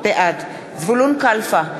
בעד זבולון קלפה,